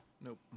Nope